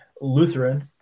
Lutheran